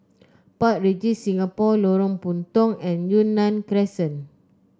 Park Regis Singapore Lorong Puntong and Yunnan Crescent